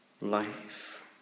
life